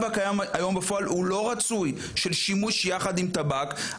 הקיים היום בפועל של שימוש יחד עם טבק הוא לא רצוי.